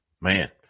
Man